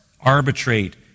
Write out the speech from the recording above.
arbitrate